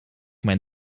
mijn